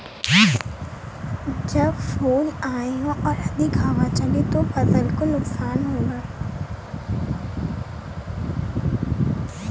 जब फूल आए हों और अधिक हवा चले तो फसल को नुकसान होगा?